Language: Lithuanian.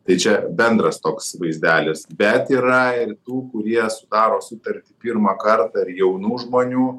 tai čia bendras toks vaizdelis bet yra ir tų kurie sudaro sutartį pirmą kartą ir jaunų žmonių